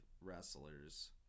wrestlers